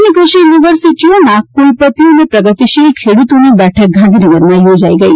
રાજ્યની ક્રષિ યુનિવર્સિટીઓના ક્રલપતિઓ અને પ્રગતિશીલ ખેડ્રતોની બેઠક ગાંધીનગરમાં યોજાઇ ગઇ